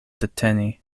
deteni